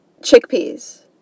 chickpeas